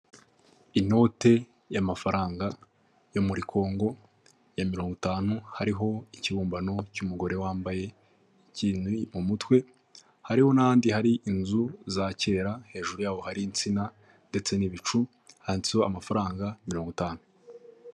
Inote y'amafaranga yo muri Kongo ya mirongo itanu, hariho ikibumbano cy'umugore wambaye ikintu mu mutwe, hariho n'andi hari inzu za kera hejuru yaho hari insina ndetse n'ibicu handitseho amafaranga mirongo itanu.